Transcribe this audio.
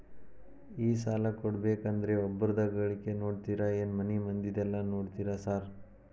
ಈ ಸಾಲ ಕೊಡ್ಬೇಕಂದ್ರೆ ಒಬ್ರದ ಗಳಿಕೆ ನೋಡ್ತೇರಾ ಏನ್ ಮನೆ ಮಂದಿದೆಲ್ಲ ನೋಡ್ತೇರಾ ಸಾರ್?